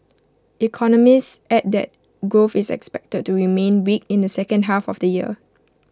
economists added that growth is expected to remain weak in the second half of the year